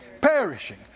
perishing